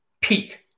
peak